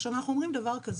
עכשיו, אנחנו אומרים דבר כזה.